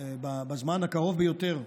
תקדם בזמן הקרוב ביותר.